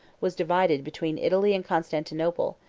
was divided between italy and constantinople,